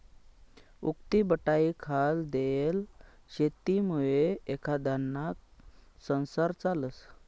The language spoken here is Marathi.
उक्तीबटाईखाल देयेल शेतीमुये एखांदाना संसार चालस